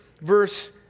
verse